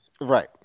Right